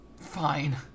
Fine